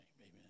amen